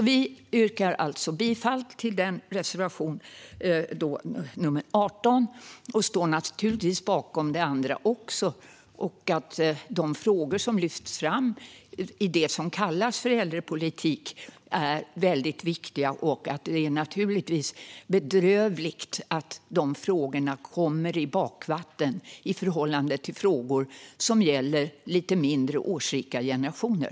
Vi yrkar alltså bifall till reservation 18. Vi står naturligtvis bakom de andra reservationerna också. De frågor som lyfts fram i det som kallas äldrepolitik är väldigt viktiga. Det är bedrövligt att de hamnar i bakvattnet i förhållande till frågor som gäller lite mindre årsrika generationer.